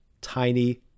tiny